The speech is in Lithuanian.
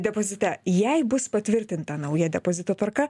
depozite jei bus patvirtinta nauja depozito tvarka